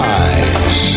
eyes